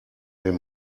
den